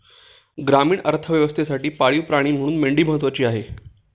ग्रामीण अर्थव्यवस्थेसाठी पाळीव प्राणी म्हणून मेंढी महत्त्वाची आहे